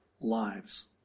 lives